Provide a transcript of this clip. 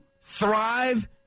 thrive